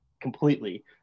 completely